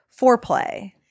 foreplay